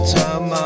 time